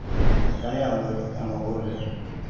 கனியாமூர் நம்ம ஊர்